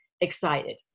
excited